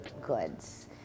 goods